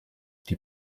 die